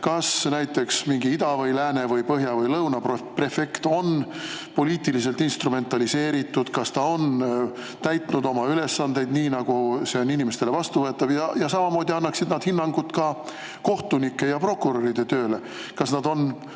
kas näiteks Ida või Lääne või Põhja või Lõuna prefekt on poliitiliselt instrumentaliseeritud, kas ta on täitnud oma ülesandeid nii, nagu on inimestele vastuvõetav. Samamoodi annaksid nad hinnangu kohtunike ja prokuröride tööle ja sellele,